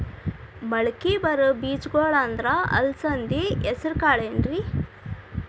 ಮಳಕಿ ಬರೋ ಬೇಜಗೊಳ್ ಅಂದ್ರ ಅಲಸಂಧಿ, ಹೆಸರ್ ಕಾಳ್ ಏನ್ರಿ?